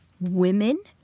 women